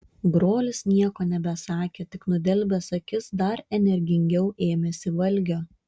brolis nieko nebesakė tik nudelbęs akis dar energingiau ėmėsi valgio